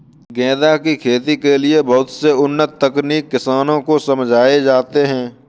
गेंदा की खेती के लिए बहुत से उन्नत तकनीक किसानों को समझाए जाते हैं